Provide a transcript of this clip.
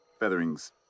featherings